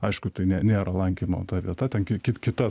aišku tai ne nėra lankymo ta vieta ten kita